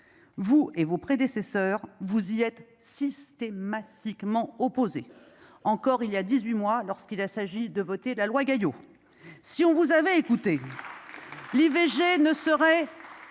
vous et vos prédécesseurs, vous y êtes systématiquement opposée encore il y a 18 mois lorsqu'il s'agit de voter la loi Gaillot, si on vous avez écouté. L'IVG ne seraient.